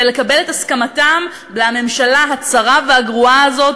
לקבל את הסכמתם לממשלה הצרה והגרועה הזאת,